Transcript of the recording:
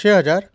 छः हजार